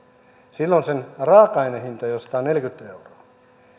silloin sen raaka ainehinta on jo sataneljäkymmentä euroa